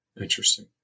Interesting